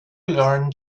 learn